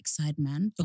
Sideman